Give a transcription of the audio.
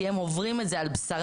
כי הם עוברים את זה על בשרם,